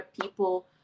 people